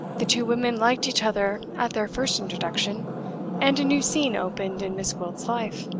the two women liked each other at their first introduction and a new scene opened in miss gwilt's life.